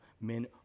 men